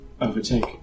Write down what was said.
overtake